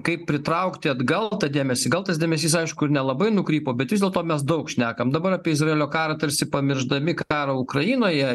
kaip pritraukti atgal tą dėmesį gal tas dėmesys aišku ir nelabai nukrypo bet vis dėlto mes daug šnekam dabar apie izraelio karą tarsi pamiršdami karą ukrainoje